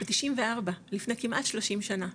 ב-94 לפני כמעט 30 שנה,